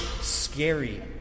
scary